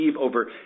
over